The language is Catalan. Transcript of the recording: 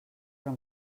però